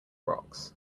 rocks